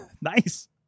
Nice